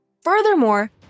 Furthermore